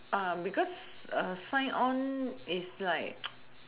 because sign on is like